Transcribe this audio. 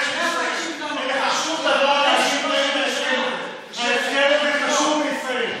ההסכם הזה חשוב לישראל.